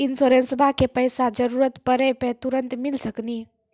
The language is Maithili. इंश्योरेंसबा के पैसा जरूरत पड़े पे तुरंत मिल सकनी?